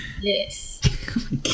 yes